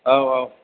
औ औ